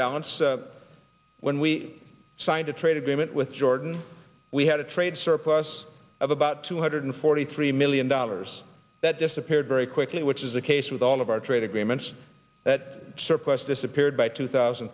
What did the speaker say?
balance when we signed a trade agreement with jordan we had a trade surplus of about two hundred forty three million dollars that disappeared very quickly which is the case with all of our trade agreements that surplus disappeared by two thousand